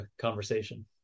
conversation